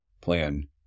plan